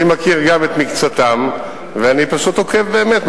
אני מכיר גם, את מקצתם, ואני פשוט עוקב באמת.